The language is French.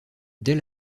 dès